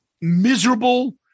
miserable